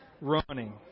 Running